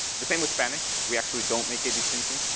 the same with spanish. we actually don't make a distinction.